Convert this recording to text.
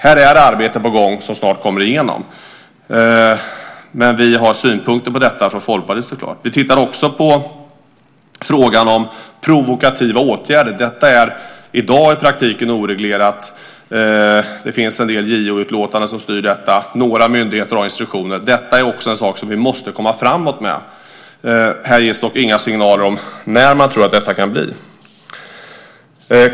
Det arbetet är på gång och kommer snart att genomföras, men från Folkpartiets sida har vi synpunkter på det. Vi tittar också på frågan om provokativa åtgärder. Denna fråga är i dag i praktiken oreglerad. Det finns en del JO-utlåtanden som styr detta, och några myndigheter har instruktioner. Också denna fråga måste vi komma framåt med. Här ges dock inga signaler om när man tror att det kan ske.